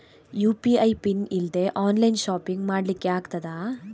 UPI PIN ಇಲ್ದೆ online shopping ಮಾಡ್ಲಿಕ್ಕೆ ಆಗ್ತದಾ?